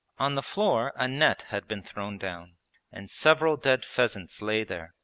on the floor a net had been thrown down and several dead pheasants lay there,